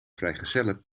vrijgezellen